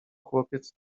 chłopiec